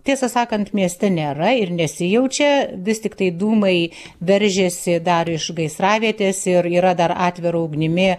tiesą sakant mieste nėra ir nesijaučia vis tiktai dūmai veržiasi dar iš gaisravietės ir yra dar atvira ugnimi